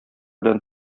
белән